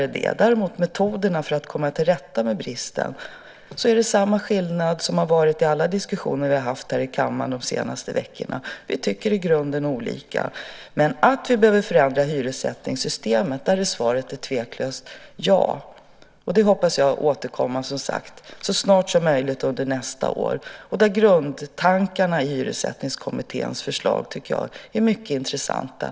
När det däremot gäller metoderna för att komma till rätta med bristen är det samma skillnad som det har varit i alla diskussioner vi har haft här i kammaren de senaste veckorna. Vi tycker i grunden olika. På frågan om vi behöver förändra hyressättningssystemet är svaret tveklöst ja. Det hoppas jag få återkomma till så snart som möjligt under nästa år. Jag tycker att grundtankarna i Hyressättningskommitténs förslag är mycket intressanta.